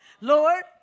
lord